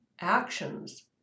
actions